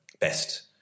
best